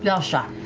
yasha,